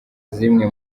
zimwe